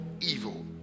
evil